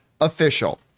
official